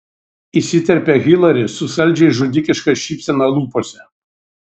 įsiterpia hilari su saldžiai žudikiška šypsena lūpose